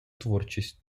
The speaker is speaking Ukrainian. творчість